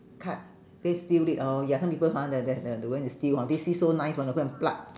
cut they steal it orh ya some people hor the they're the they're going to steal hor they see so nice want to go and pluck